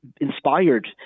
inspired